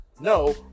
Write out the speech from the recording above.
No